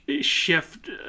shift